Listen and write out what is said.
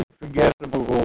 forgettable